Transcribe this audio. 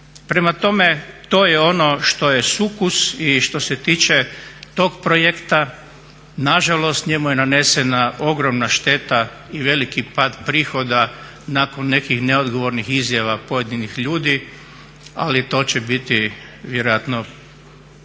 Prema tome to je ono što je sukus i što se tiče tog projekta nažalost njemu je nanesena ogromna šteta i veliki pad prihoda nakon nekih neodgovornih izjava pojedinih ljudi ali to će biti vjerojatno